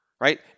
right